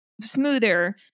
smoother